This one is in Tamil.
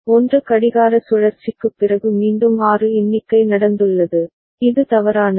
1 கடிகார சுழற்சிக்குப் பிறகு மீண்டும் 6 எண்ணிக்கை நடந்துள்ளது இது தவறானது